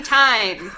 time